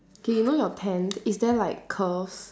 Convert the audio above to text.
okay you know your tent is there like curves